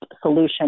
solution